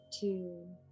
two